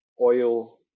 Oil